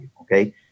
okay